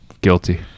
guilty